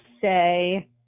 say